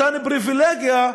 מתן פריבילגיה,